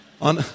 On